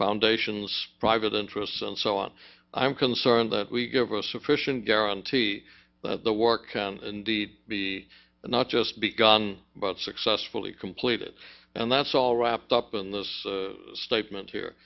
foundations private interests and so on i'm concerned that we give a sufficient guarantee of the work indeed be not just begun but successfully completed and that's all wrapped up in this statement here